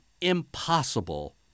impossible